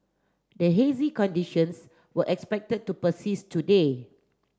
the hazy conditions were expected to persist today